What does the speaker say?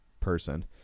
person